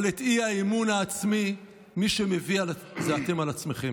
אבל את האי-אמון העצמי מי שמביא הוא אתם על עצמכם.